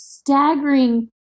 staggering